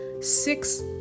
six